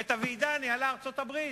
ואת הוועידה ניהלה ארצות-הברית.